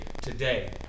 today